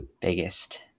biggest